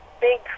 big